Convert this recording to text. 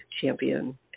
champion